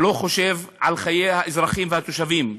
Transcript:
לא חושב על חיי האזרחים והתושבים.